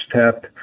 step